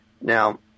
now